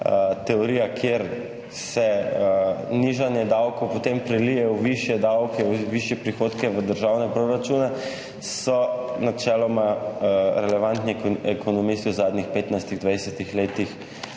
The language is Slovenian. teorijo, kjer se nižanje davkov potem prelije v višje davke, višje prihodke v državne proračune, načeloma vsi relevantni ekonomisti v zadnjih petnajstih,